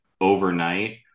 overnight